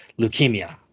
leukemia